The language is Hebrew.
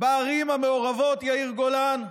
בערים המעורבות, יאיר גולן,